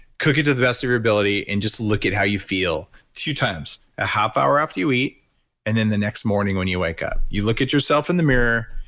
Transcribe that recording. cook it to the best of your ability and look at how you feel two times. a half hour after you eat and then the next morning when you wake up. you look at yourself in the mirror,